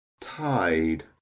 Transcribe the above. Tide